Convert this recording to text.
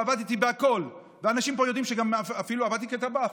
עבדתי בכול, ואנשים פה יודעים שאפילו עבדתי כטבח.